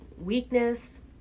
weakness